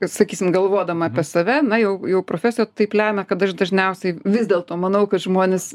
kad sakysim galvodama apie save na jau jau profesija taip lemia kad aš dažniausiai vis dėlto manau kad žmonės